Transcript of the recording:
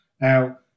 Now